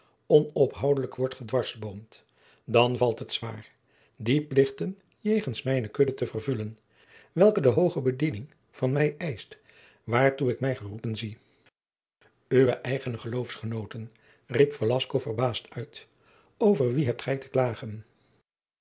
onophoudelijk word gedwarsboomd dan valt het zwaar die plichten jegens mijne kudde te vervullen welke de hooge bediening van mij eischt waartoe ik mij geroepen zie uwe eigene geloofsgenooten riep velasco verbaasd uit over wie hebt gij te klagen